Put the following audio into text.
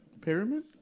Pyramid